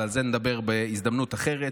אבל על זה נדבר בהזדמנות אחרת.